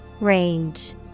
Range